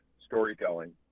storytelling